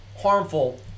harmful